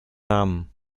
namen